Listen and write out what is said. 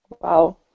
Wow